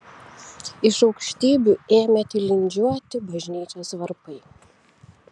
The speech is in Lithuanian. iš aukštybių ėmė tilindžiuoti bažnyčios varpai